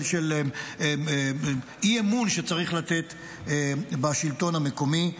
של אי-אמון שצריך לתת בשלטון המקומי.